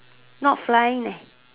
not flying leh